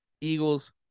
Eagles